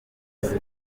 wese